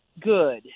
good